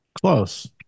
Close